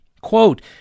Quote